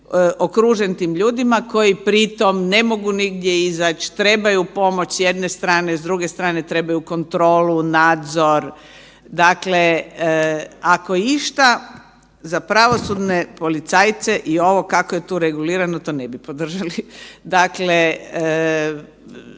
okružen tim ljudima koji pri tom ne mogu nigdje izać, trebaju pomoć s jedne strane, s druge strane trebaju kontrolu, nadzor dakle ako išta za pravosudne policajce i ovo kako je tu regulirano to ne bi podržali. Dakle,